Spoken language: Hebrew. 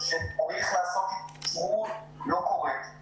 אנחנו בקשר עם צוות שלם שעובד עם הצוות